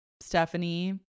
Stephanie